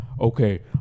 okay